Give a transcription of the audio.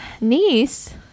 Niece